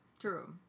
True